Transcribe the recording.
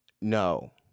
No